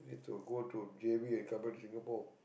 to go to j_b and come back to Singapore